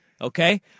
Okay